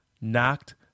knocked